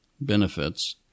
benefits